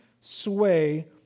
sway